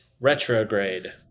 Retrograde